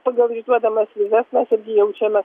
pagal išduodamas vizas mes irgi jaučiame